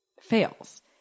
fails